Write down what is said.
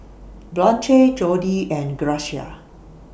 Blanche Jody and Grecia